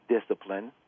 discipline